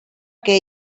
que